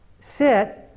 sit